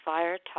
Fire